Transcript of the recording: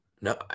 No